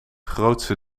grootste